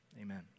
amen